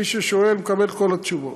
ומי ששואל מקבל את כל התשובות.